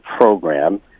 program